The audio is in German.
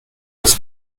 des